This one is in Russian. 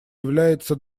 является